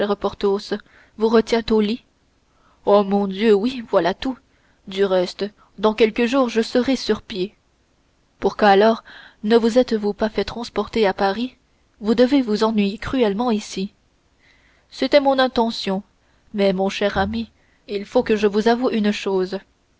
porthos vous retient au lit ah mon dieu oui voilà tout du reste dans quelques jours je serai sur pied pourquoi alors ne vous êtes-vous pas fait transporter à paris vous devez vous ennuyer cruellement ici c'était mon intention mais mon cher ami il faut que je vous avoue une chose